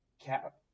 cap